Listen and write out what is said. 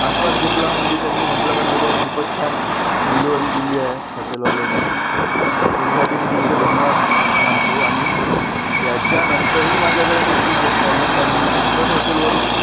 आस्वाद घेतला म्हणजे त्यांनी म्हटलं का नाही बुवा खूपच छान डिलेवरी दिली आहे हॉटेलवाल्यांनी त्याच्यासाठी मी तुमचे धन्यवाद मानतो आणि याच्यानंतरही माझ्याकडे कोणते गेस्ट आले तर मी तुमच्याच हॉटेलवरून